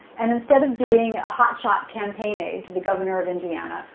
and instead of being a hotshot campaign aide to the governor of indiana,